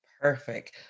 Perfect